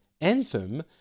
Anthem